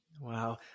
Wow